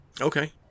Okay